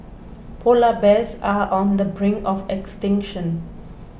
Polar Bears are on the brink of extinction